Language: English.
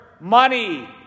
Money